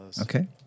Okay